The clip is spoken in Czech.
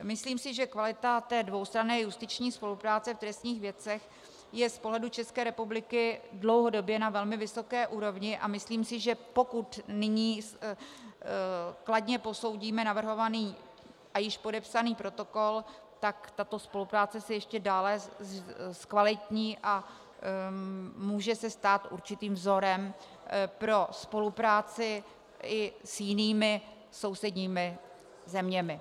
Myslím, že kvalita dvoustranné justiční spolupráce v trestních věcech je z pohledu České republiky dlouhodobě na velmi vysoké úrovni, a myslím, že pokud nyní kladně posoudíme navrhovaný a již podepsaný protokol, tak se tato spolupráce ještě dále zkvalitní a může se stát určitým vzorem pro spolupráci i s jinými sousedními zeměmi.